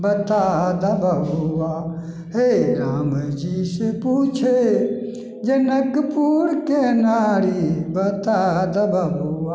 बता दऽ बबुआ हे रामजीसे पूछे जनकपुरके नारी बता दऽ बबुआ